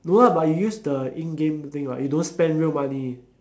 no lah but you use the in game thing [what] you don't spend real money